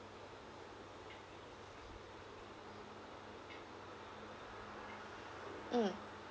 mm